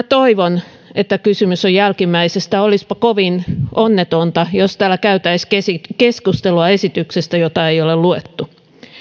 toivon että kysymys on jälkimmäisestä olisipa kovin onnetonta jos täällä käytäisiin keskustelua esityksestä jota ei ole luettu